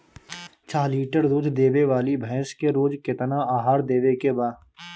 छह लीटर दूध देवे वाली भैंस के रोज केतना आहार देवे के बा?